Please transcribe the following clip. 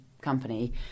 company